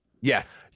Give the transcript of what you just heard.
Yes